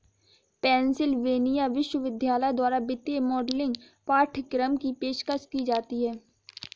Pennsylvania विश्वविद्यालय द्वारा वित्तीय मॉडलिंग पाठ्यक्रम की पेशकश की जाती हैं